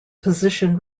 position